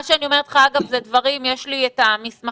מה שאני אומרת לך, יש לי את המסמכים.